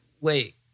wait